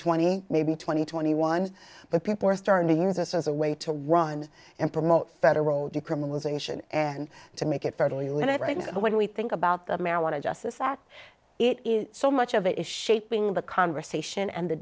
twenty maybe twenty twenty one but people are starting to use this as a way to run and promote federal decriminalization and to make it federally lynnette right now when we think about the marijuana justice act it is so much of it is shaping the conversation and the